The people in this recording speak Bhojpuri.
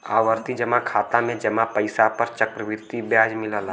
आवर्ती जमा खाता में जमा पइसा पर चक्रवृद्धि ब्याज मिलला